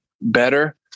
better